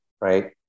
right